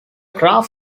graph